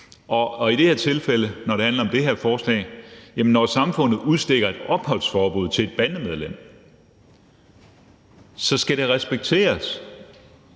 I forbindelse med det her forslag vil jeg sige, at når samfundet udstikker et opholdsforbud til et bandemedlem, så skal det respekteres